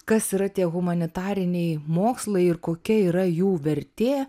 kas yra tie humanitariniai mokslai ir kokia yra jų vertė